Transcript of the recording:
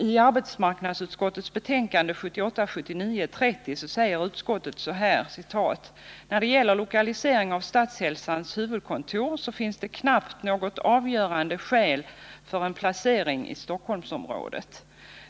I arbetsmarknadsutskottets betänkande 1978/79:30 säger utskottet: ”När det gäller lokalisering av Statshälsans huvudkontor finns det knappast något avgörande skäl för en placering i Stockholmsområdet.